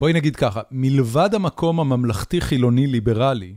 בואי נגיד ככה, מלבד המקום הממלכתי חילוני ליברלי